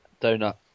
donut